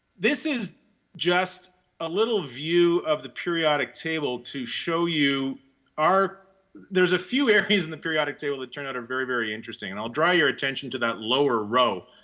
this is just a little view of the periodic table to show you there's a few areas in the periodic table that turn out are very, very interesting and i'll draw your attention to that lower row.